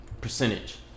Percentage